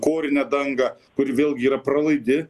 korinę dangą kur vėlgi yra pralaidi